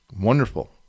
wonderful